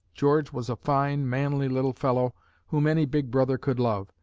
george was a fine, manly little fellow whom any big brother could love,